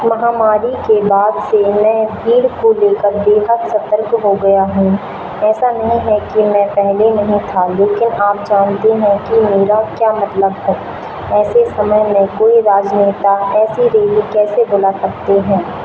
महामारी के बाद से मैं भीड़ को लेकर बेहद सतर्क हो गया हूँ ऐसा नहीं है कि मैं पहले नहीं था लेकिन आप जानते हैं कि मेरा क्या मतलब है ऐसे समय में कोई राजनेता ऐसी रैली कैसे बुला सकते हैं